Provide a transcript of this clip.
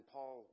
Paul